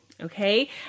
Okay